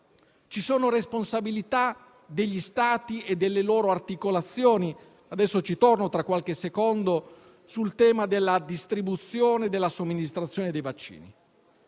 ci sono responsabilità degli Stati e delle loro articolazioni - ci torno tra qualche secondo - sul tema della distribuzione e della somministrazione dei vaccini.